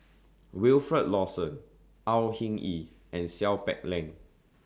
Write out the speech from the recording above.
Wilfed Lawson Au Hing Yee and Seow Peck Leng